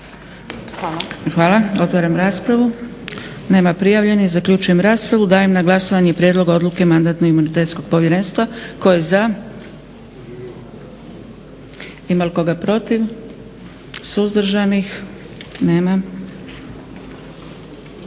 (SDP)** Hvala. Otvaram raspravu. Nema prijavljenih. Zaključujem raspravu. Dajem na glasovanje prijedlog odluke Mandatno-imunitetnog povjerenstva. Tko je za? Ima li tko protiv? Suzdržanih? Nema.